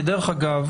כי דרך אגב,